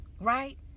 right